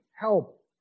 help